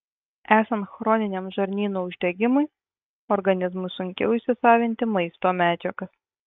esant chroniniam žarnyno uždegimui organizmui sunkiau įsisavinti maisto medžiagas